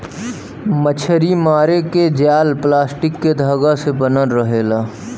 मछरी मारे क जाल प्लास्टिक के धागा से बनल रहेला